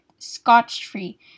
scotch-free